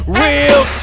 real